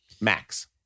max